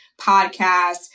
Podcasts